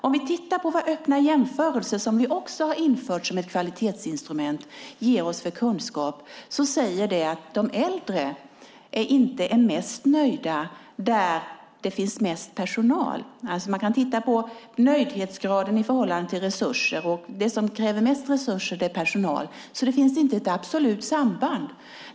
Om vi tittar på vad öppna jämförelser, som vi också infört som ett kvalitetsinstrument, ger oss för kunskap visar det sig att de äldre inte är mest nöjda där det finns mest personal. Man kan alltså titta på nöjdhetsgraden i förhållande till resurser, och det som kräver mest resurser är personal. Det finns således inte ett absolut samband.